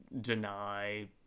deny